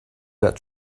that